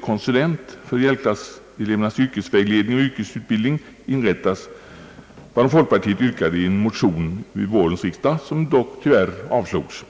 konsulent för hjälpklasselevernas yrkesvägledning och yrkesutbildning inrättas, som folkpartiet påyrkade i en motion till vårens riksdag vilken tyvärr dock avslogs.